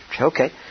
Okay